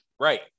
Right